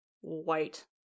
white